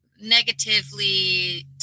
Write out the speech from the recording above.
negatively